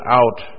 out